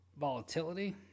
volatility